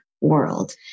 world